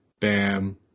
Bam